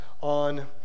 on